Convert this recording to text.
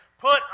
put